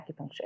acupuncture